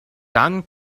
dann